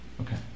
okay